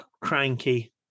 cranky